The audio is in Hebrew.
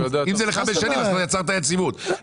אם זה לחמש שנים יצרת יציבות.